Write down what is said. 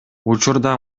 учурда